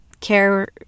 care